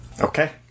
Okay